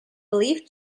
belief